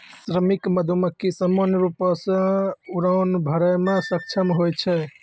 श्रमिक मधुमक्खी सामान्य रूपो सें उड़ान भरै म सक्षम होय छै